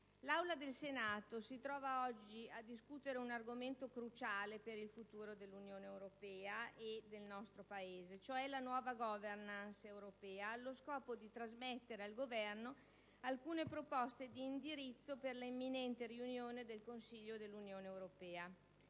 L'Assemblea del Senato si trova oggi a discutere un argomento cruciale per il futuro dell'Unione europea e del nostro Paese, ossia la nuova *governance* europea, allo scopo di trasmettere al Governo alcune proposte di indirizzo per l'imminente riunione del Consiglio dell'Unione europea.